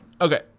Okay